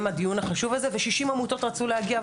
הדיון החשוב הזה ושישים עמותות רצו להגיע,